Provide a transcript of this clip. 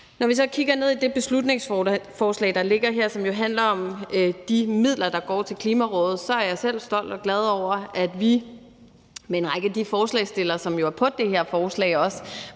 Når vi så kigger ned i det beslutningsforslag, der ligger her, som jo handler om de midler, der går til Klimarådet, så er jeg selv stolt og glad over, at vi med en række af de forslagsstillere, som jo er på det her forslag, også